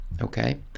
okay